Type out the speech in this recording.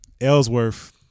Ellsworth